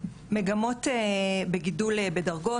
מגמות בגידול בדרגות,